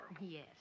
Yes